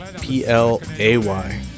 P-L-A-Y